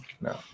No